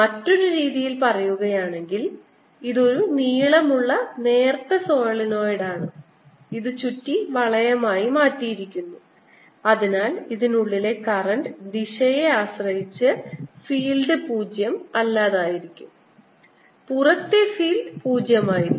മറ്റൊരു രീതിയിൽ പറയുകയാണെങ്കിൽ ഇത് ഒരു നീളമുള്ള നേർത്ത സോളിനോയിഡ് ആണ് ഇത് ചുറ്റി വളയമായി മാറ്റിയിരിക്കുന്നു അതിനാൽ ഇതിനുള്ളിലെ കറന്റിന്റെ ദിശയെ ആശ്രയിച്ച് ഫീൽഡ് പൂജ്യം അല്ലാതായിരിക്കും പുറത്തെ ഫീൽഡ് 0 ആയിരിക്കും